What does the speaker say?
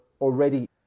already